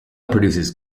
produces